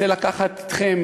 רוצה לקחת אתכם,